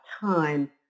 time